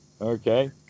okay